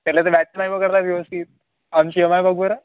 त्याला तर बॅट्स नाही पकडता व्यवस्थित बघ बरं